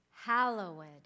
Hallowed